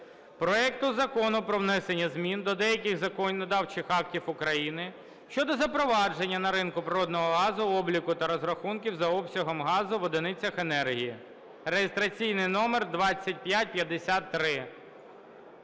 проекту Закону про внесення змін до деяких законодавчих актів України щодо запровадження на ринку природного газу обліку та розрахунків за обсягом газу в одиницях енергії (реєстраційний номер 2553).